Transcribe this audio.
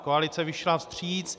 Koalice vyšla vstříc.